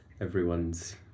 everyone's